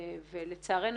ולצערנו,